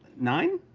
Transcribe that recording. nine?